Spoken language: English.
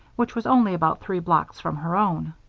which was only about three blocks from her own.